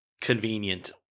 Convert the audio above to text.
convenient